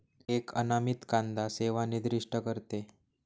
एक अनामित कांदा सेवा निर्दिष्ट करते